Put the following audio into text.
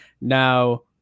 now